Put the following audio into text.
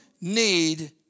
need